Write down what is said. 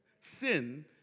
sin